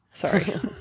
Sorry